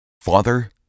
Father